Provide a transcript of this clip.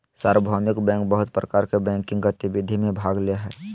सार्वभौमिक बैंक बहुत प्रकार के बैंकिंग गतिविधि में भाग ले हइ